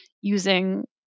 using